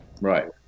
Right